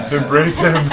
embrace